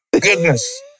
goodness